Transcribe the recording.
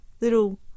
little